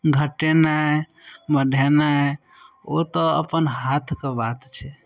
घटेनाइ बढेनाइ ओ तऽ अपन हाथके बात छै